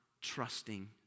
trusting